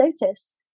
notice